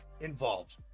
involved